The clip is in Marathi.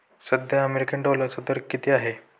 सध्या अमेरिकन डॉलरचा दर किती आहे?